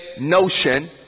notion